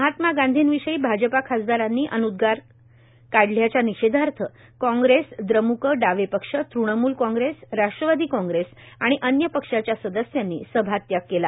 महात्मा गांधीं विषयी भाजपा खासदारांनी अन्दगार काढल्याच्या निषेधार्थ कांग्रेस द्रम्क डावे पक्ष तृणमूल कांग्रेस राष्ट्रवादी कांग्रेस आणि अन्य पक्षाच्या सदस्यांनी सभात्याग केला